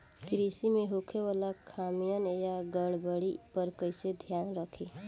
कृषि में होखे वाला खामियन या गड़बड़ी पर कइसे ध्यान रखि?